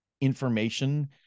information